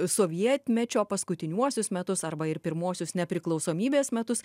sovietmečio paskutiniuosius metus arba ir pirmuosius nepriklausomybės metus